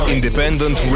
Independent